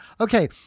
Okay